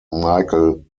michael